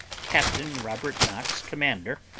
captain robert knox, commander,